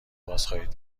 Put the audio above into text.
بازخواهید